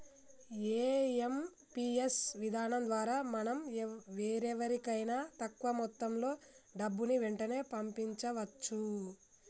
IMPS విధానం ద్వారా మనం వేరెవరికైనా తక్కువ మొత్తంలో డబ్బుని వెంటనే పంపించవచ్చు